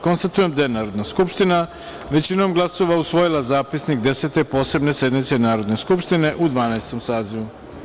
Konstatujem da je Narodna skupština većinom glasova usvojila Zapisnik Desete posebne sednice Narodne skupštine u Dvanaestom sazivu.